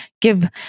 give